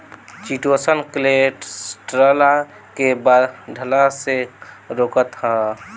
chitosan cholesterol के बढ़ला से रोकत हअ